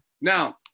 now